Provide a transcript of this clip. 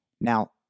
now